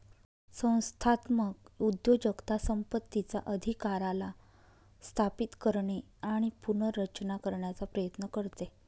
संस्थात्मक उद्योजकता संपत्तीचा अधिकाराला स्थापित करणे आणि पुनर्रचना करण्याचा प्रयत्न करते